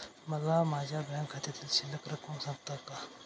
मला माझ्या बँक खात्यातील शिल्लक रक्कम सांगता का?